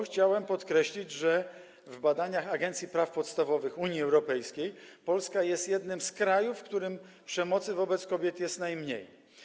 Chciałem podkreślić, że w badaniach Agencji Praw Podstawowych Unii Europejskiej Polska jest jednym z krajów, w których przemocy wobec kobiet jest najmniej.